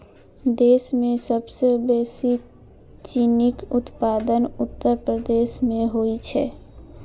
देश मे सबसं बेसी चीनीक उत्पादन उत्तर प्रदेश मे होइ छै